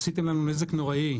עשיתם לנו נזק נוראי,